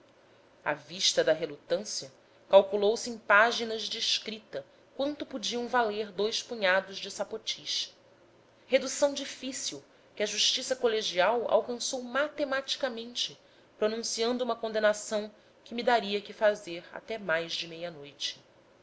à vista da relutância calculou se em páginas de escrita quanto podiam valer dois punhados de sapotis redução difícil que a justiça colegial alcançou matematicamente pronunciando uma condenação que me daria que fazer até mais de meia-noite